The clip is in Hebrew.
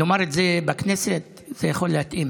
לומר את זה בכנסת זה יכול להתאים.